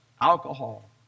alcohol